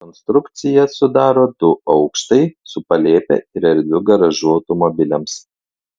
konstrukciją sudaro du aukštai su palėpe ir erdviu garažu automobiliams